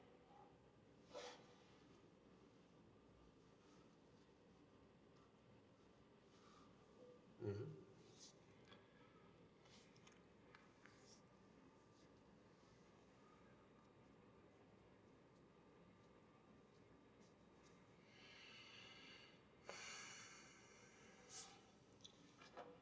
mmhmm